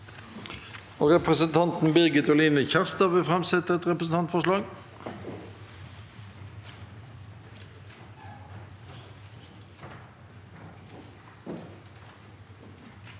Representanten Birgit Oli- ne Kjerstad vil framsette et representantforslag.